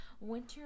winter